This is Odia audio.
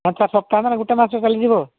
ଗତ ସପ୍ତାହ ମାନେ ଗୋଟିଏ ମାସ ଗଲେ ଯିବ